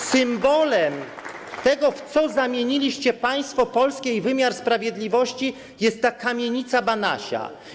Symbolem tego, w co zamieniliście państwo polskie i wymiar sprawiedliwości, jest ta kamienica Banasia.